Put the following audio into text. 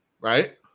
right